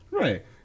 Right